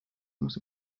muss